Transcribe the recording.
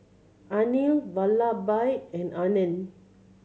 Anil Vallabhbhai and Anand